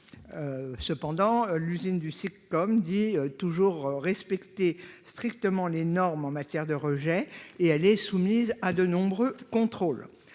cependant l'usine du comme dit toujours respecter strictement les normes en matière de rejets et elle est soumise à de nombreux contrôles